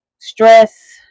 stress